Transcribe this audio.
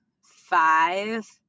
five